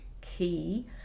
key